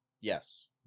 Yes